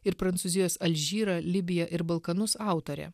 ir prancūzijos alžyrą libiją ir balkanus autorė